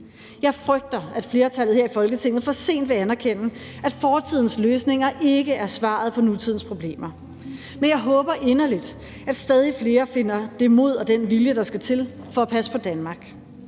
Jeg frygter, at flertallet her i Folketinget for sent vil anerkende, at fortidens løsninger ikke er svaret på nutidens problemer, men jeg håber inderligt, at stadig flere finder det mod og den vilje, der skal til for at passe på Danmark.